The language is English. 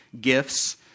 gifts